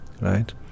right